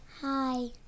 Hi